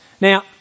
Now